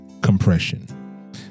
compression